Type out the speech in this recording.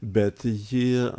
bet ji